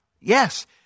Yes